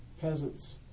peasants